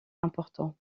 important